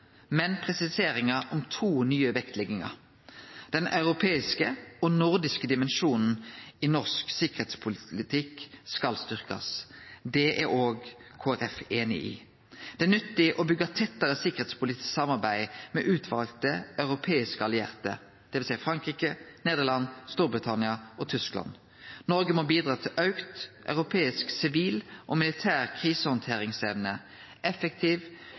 men presiseringar om to nye vektleggingar. Den europeiske og nordiske dimensjonen i norsk sikkerheitspolitikk skal styrkjast. Det er Kristeleg Folkeparti einig i. Det er nyttig å byggje tettare sikkerheitspolitisk samarbeid med utvalde europeiske allierte, dvs. Frankrike, Nederland, Storbritannia og Tyskland. Noreg må bidra til auka europeisk sivil og militær krisehandteringsevne, effektiv